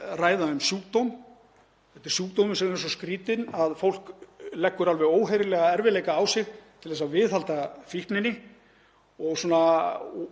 ræða um sjúkdóm, þetta er sjúkdómur sem er svo skrýtinn að fólk leggur alveg óheyrilega erfiðleika á sig til þess að viðhalda fíkninni, og svona